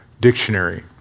Dictionary